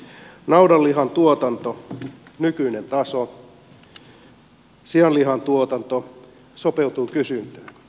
naudanlihan tuotanto nykyinen taso sianlihan tuotanto sopeutuu kysyntään